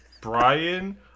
Brian